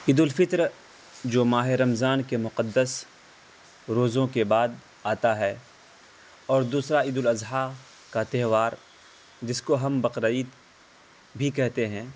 عید الفطر جو ماہ رمضان کے مقدس روزوں کے بعد آتا ہے اور دوسرا عید الاضحیٰ کا تہوار جس کو ہم بقرعید بھی کہتے ہیں